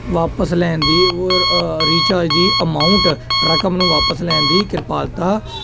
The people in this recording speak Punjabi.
ਵਾਪਸ ਲੈਣ ਦੀ ਰੀਚਾਰਜ ਦੀ ਅਮਾਊਂਟ ਰਕਮ ਨੂੰ ਵਾਪਸ ਲੈਣ ਦੀ ਕਿਰਪਾਲਤਾ